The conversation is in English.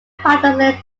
patterson